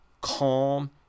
calm